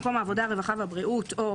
במקום "הכלכלה" יבוא